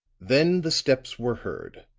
then the steps were heard,